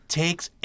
takes